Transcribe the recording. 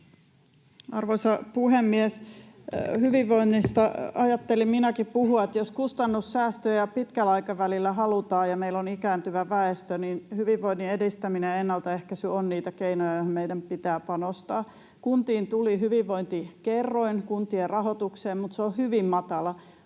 Arvoisa puhemies! Hyvinvoinnista ajattelin minäkin puhua. Jos kustannussäästöjä pitkällä aikavälillä halutaan ja meillä on ikääntyvä väestö, niin hyvinvoinnin edistäminen ja ennaltaehkäisy ovat niitä keinoja, joihin meidän pitää panostaa. Kuntiin, kuntien rahoitukseen, tuli hyvinvointikerroin, mutta se on hyvin matala.